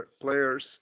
players